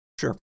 Sure